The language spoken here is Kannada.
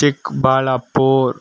ಚಿಕ್ಕಬಳ್ಳಾಪುರ